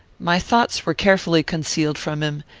my thoughts were carefully concealed from him,